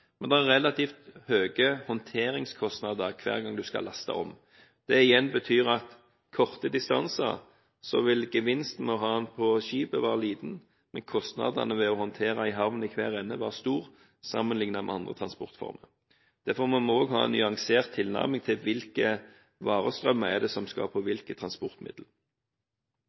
men det er relativt høye håndteringskostnader hver gang man skal laste om. Det igjen betyr at på korte distanser vil gevinsten ved å ha noe på skipet være liten, og kostnadene ved å håndtere en havn i hver ende vil være store sammenlignet med andre transportformer. Derfor må vi også ha en nyansert tilnærming til hvilke varestrømmer det er som skal på hvilke transportmiddel.